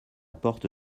porte